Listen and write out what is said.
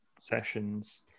sessions